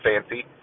fancy